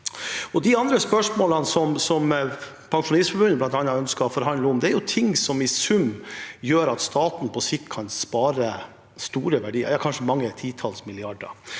De andre spørsmålene som Pensjonistforbundet bl.a. ønsker å forhandle om, er ting som i sum gjør at staten på sikt kan spare store verdier,